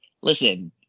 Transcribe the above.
listen